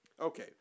Okay